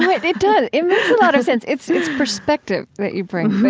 no, it does it makes a lot of sense. it's it's perspective that you bring,